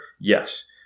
Yes